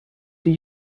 die